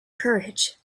courage